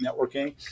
networking